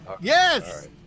yes